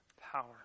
power